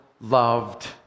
loved